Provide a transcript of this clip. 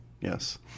yes